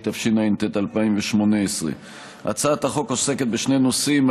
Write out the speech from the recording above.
התשע"ט 2018. הצעת החוק עוסקת בשני נושאים.